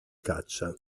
caccia